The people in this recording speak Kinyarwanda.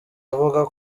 avuga